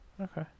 Okay